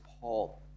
Paul